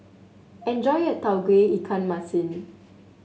enjoy your Tauge Ikan Masin